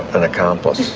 an accomplice.